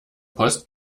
post